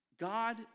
God